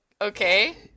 okay